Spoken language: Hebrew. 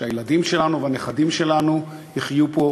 כשהילדים שלנו והנכדים שלנו יחיו פה,